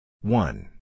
One